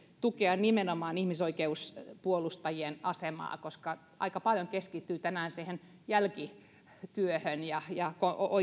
tukea nimenomaan ihmisoikeuspuolustajien asemaa koska aika paljon keskitytään tänään siihen jälkityöhön ja ja